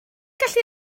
gallu